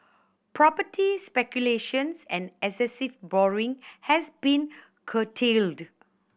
property speculations and excessive borrowing has been curtailed